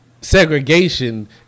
segregation